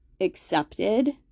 accepted